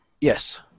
Yes